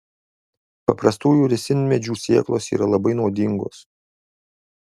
paprastųjų ricinmedžių sėklos yra labai nuodingos